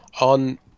On